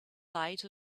light